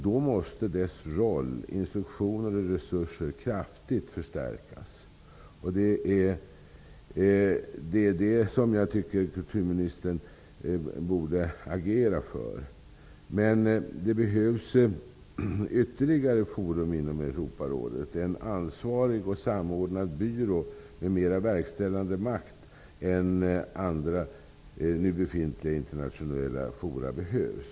Då måste dess roll, instruktioner och resurser kraftigt förstärkas. Det är det som jag tycker kulturministern borde agera för. Det behövs emellertid ytterligare ett forum inom Europarådet, en ansvarig och samordnad byrå med mer verkställande makt än andra nu befintliga internationella forum.